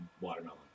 watermelon